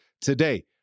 Today